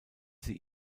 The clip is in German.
sie